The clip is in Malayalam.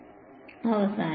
വിദ്യാർത്ഥി അവസാനം